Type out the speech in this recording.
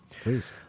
Please